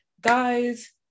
guys